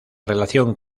relación